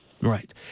Right